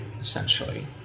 essentially